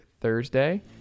Thursday